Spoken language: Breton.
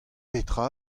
petra